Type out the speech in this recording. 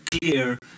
clear